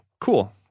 Cool